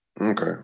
Okay